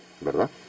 ¿verdad